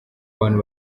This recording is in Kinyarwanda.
abantu